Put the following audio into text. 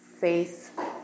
faith